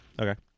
Okay